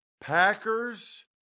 packers